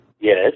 Yes